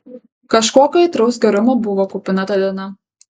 kažkokio aitraus gerumo buvo kupina ta diena